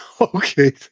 Okay